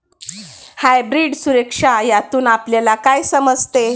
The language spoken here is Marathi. हायब्रीड सुरक्षा यातून आपल्याला काय समजतं?